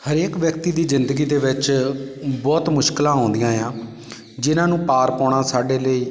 ਹਰੇਕ ਵਿਅਕਤੀ ਦੀ ਜ਼ਿੰਦਗੀ ਦੇ ਵਿੱਚ ਬਹੁਤ ਮੁਸ਼ਕਿਲਾਂ ਆਉਂਦੀਆਂ ਏ ਆ ਜਿਹਨਾਂ ਨੂੰ ਪਾਰ ਪਾਉਣਾ ਸਾਡੇ ਲਈ